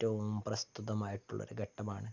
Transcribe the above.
ഏറ്റവും പ്രസ്തുതമായിട്ടുള്ളൊരു ഘട്ടമാണ്